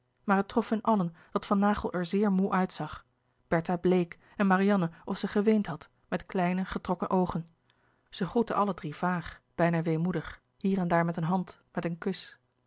maar het trof hun allen dat van naghel er zeer moê uitzag bertha bleek en marianne of zij geweend had met kleine getrokken oogen zij groetten allen drie vaag bijna weemoedig hier en daar met een hand met een kus